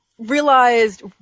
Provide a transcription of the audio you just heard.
realized